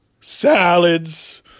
salads